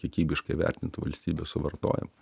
kiekybiškai vertinti valstybių suvartojimą